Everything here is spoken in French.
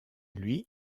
lui